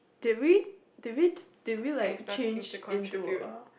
did we did we did we like change into a